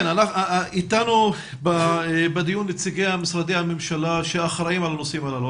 איתנו בדיון נציגי משרדי הממשלה שאחראים על הנושאים הללו,